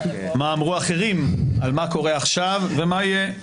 מה אמרו אחרים על מה קורה עכשיו ומה יהיה.